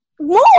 More